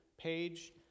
page